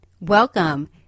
Welcome